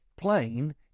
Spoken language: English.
plane